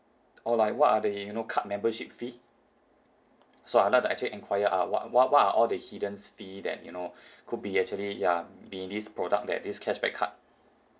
or like what are the you know card membership fee so I would like to actually enquire uh what what what are all the hidden fee that you know could be actually ya be in this product that this cashback card